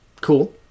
Cool